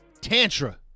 Tantra